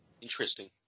Interesting